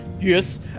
Yes